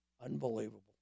Unbelievable